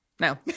No